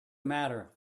matter